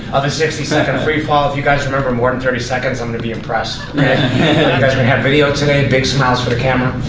of a sixty second free fall, if you guys remember more than thirty seconds, i'm gonna be impressed. you guys are gonna have videotapes, big smiles for the camera.